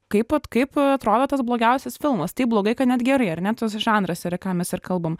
kaip vat kaip atrodo tas blogiausias filmas taip blogai kad net gerai ar ne tas žanras yra ką mes ir kalbam